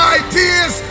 ideas